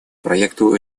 проекту